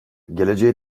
geleceği